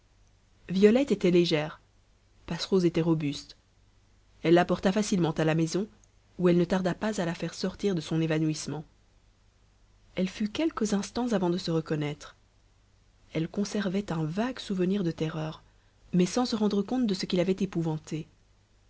violette était légère passerose était robuste elle la porta facilement à la maison où elle ne tarda pas à la faire sortir de son évanouissement elle fut quelques instants avant de se reconnaître elle conservait un vague souvenir de terreur mais sans se rendre compte de ce qui l'avait épouvantée